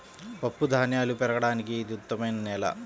పప్పుధాన్యాలు పెరగడానికి ఇది ఉత్తమమైన నేల